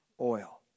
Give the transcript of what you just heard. oil